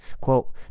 Quote